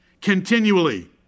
continually